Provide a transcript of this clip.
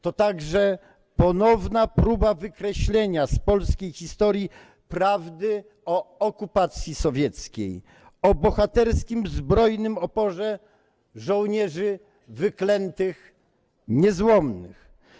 To także ponowna próba wykreślenia z polskiej historii prawdy o okupacji sowieckiej, o bohaterskim zbrojnym oporze żołnierzy wyklętych, niezłomnych.